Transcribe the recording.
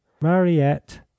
Mariette